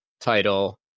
title